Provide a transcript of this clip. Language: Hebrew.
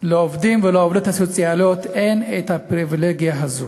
לעובדים ולעובדות הסוציאליים אין פריבילגיה כזאת,